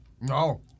No